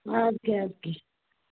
آدٕ کیٛاہ اَدٕ کیٛاہ